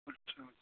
अच्छा अच्छा